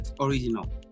original